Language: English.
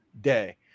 day